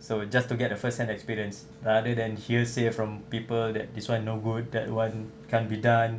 so just to get the first hand experience rather than hearsay from people that this one no good that one can't be done